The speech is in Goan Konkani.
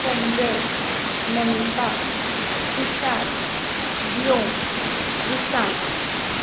संजय नमिता तुशार व्योम रुशाल